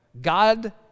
God